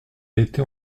était